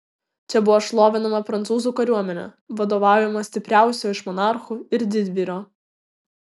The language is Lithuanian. čia buvo šlovinama prancūzų kariuomenė vadovaujama stipriausio iš monarchų ir didvyrio